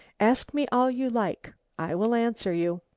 ask me all you like. i will answer you.